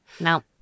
no